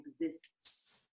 exists